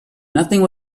nothing